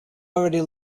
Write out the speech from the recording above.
already